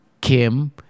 Kim